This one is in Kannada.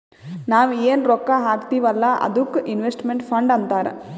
ನಾವ್ ಎನ್ ರೊಕ್ಕಾ ಹಾಕ್ತೀವ್ ಅಲ್ಲಾ ಅದ್ದುಕ್ ಇನ್ವೆಸ್ಟ್ಮೆಂಟ್ ಫಂಡ್ ಅಂತಾರ್